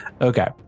Okay